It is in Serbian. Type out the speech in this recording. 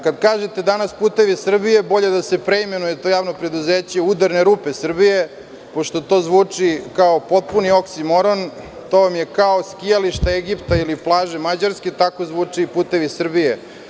Kada kažete danas „Putevi Srbije“, bolje da se preimenuje to javno preduzeće u „Udarne rupe Srbije“, onda to zvuči totalno drugačije, to vam je kao skijalište Egipta ili plaže Mađarske, tako zvuči i „Putevi Srbije“